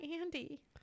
Andy